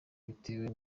bitewe